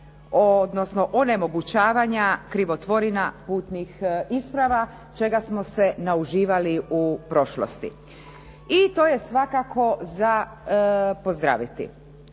odnosno onemogućavanja krivotvorina putnih isprava, čega smo se nauživali u prošlosti. I to je svakako za pozdraviti.